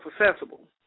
accessible